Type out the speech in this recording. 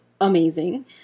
amazing